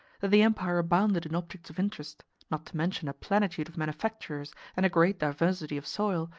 that the empire abounded in objects of interest not to mention a plenitude of manufactures and a great diversity of soil,